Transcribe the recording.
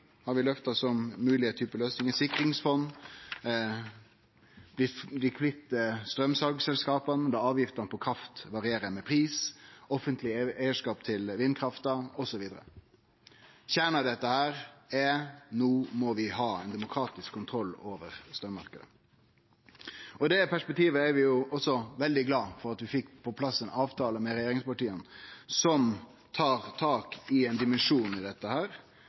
sikringsfond, å bli kvitt straumsalselskapa, å la avgiftene på kraft variere med pris, offentleg eigarskap til vindkrafta, osv. Kjernen i dette er at no må vi ha demokratisk kontroll over straummarknaden. I det perspektivet er vi også veldig glade for at vi fekk på plass ein avtale med regjeringspartia som tar tak i ein dimensjon i dette,